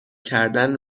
کردن